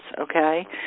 okay